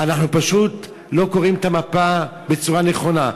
אנחנו פשוט לא קוראים את המפה בצורה נכונה.